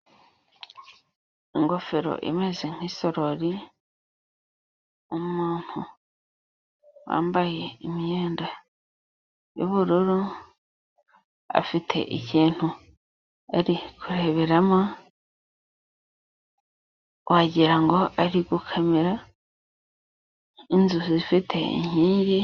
Ingofero imeze nk'isorori, umuntu wambaye imyenda y'ubururu afite ikintu ari kureberamo. Wagira ngo ari gukamera inzu zifite inkingi.